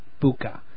Buka